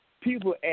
people